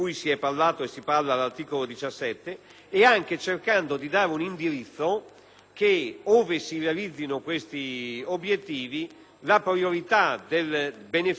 ove si realizzino questi obiettivi, la priorità del beneficio sia riconducibile primariamente ad alcune tipologie